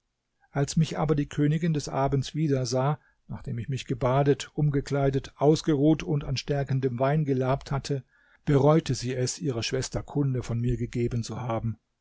als mich aber die königin des abends wieder sah nachdem ich mich gebadet umgekleidet ausgeruht und an stärkendem wein gelabt hatte bereute sie es ihrer schwester kunde von mir gegeben zu haben